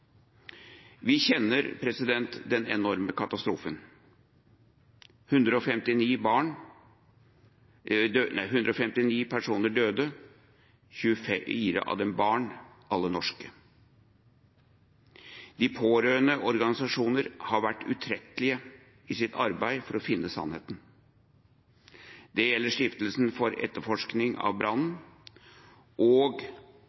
Vi kjenner den enorme katastrofen. 159 personer døde, 24 av dem barn, alle norske. De pårørendes organisasjoner har vært utrettelige i sitt arbeid med å finne sannheten. Det gjelder stiftelsen for etterforskning av brannen og